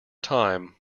time